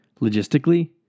Logistically